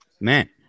man